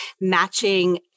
matching